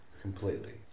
Completely